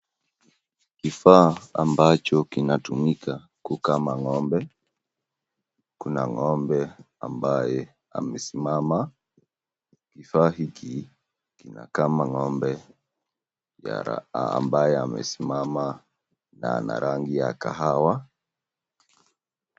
Kifaa ambacho kinatumika kukamua ng'ombe ambaye amesimama. Kifaa hiki kinakama ng'ombe ambaye amesimama na ana rangi ya kahawa.